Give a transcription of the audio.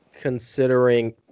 Considering